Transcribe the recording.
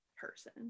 person